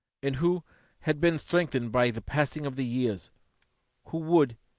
and who had been strengthened by the passing of the years who would,